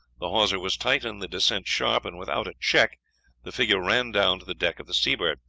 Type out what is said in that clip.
the hawser was tight and the descent sharp, and without a check the figure ran down to the deck of the seabird.